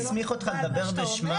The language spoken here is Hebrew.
מי הסמיך אותך לדבר בשמם?